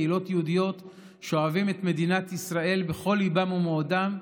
קהילות יהודיות שבהן אוהבים את מדינת ישראל בכל ליבם ומאודם,